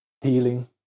healing